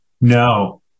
No